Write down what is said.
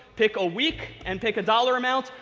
pick a week, and pick a dollar amount.